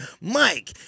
mike